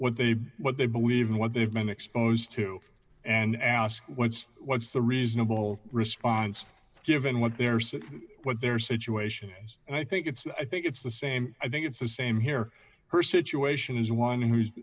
what they what they believe and what they've been exposed to and ask what's what's the reasonable response given what they're saying what their situation is and i think it's i think it's the same i think it's the same here her situation is one who